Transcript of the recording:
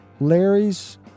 Larry's